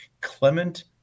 Clement